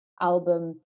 album